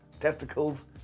testicles